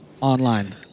online